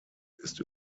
ist